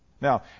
Now